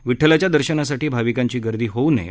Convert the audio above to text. विड्ठलाच्या दर्शनासाठी भाविकांची गर्दी होऊ नये